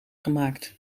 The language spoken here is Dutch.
gemaakt